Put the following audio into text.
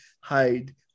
hide